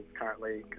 currently